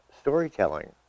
storytelling